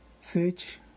search